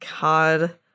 God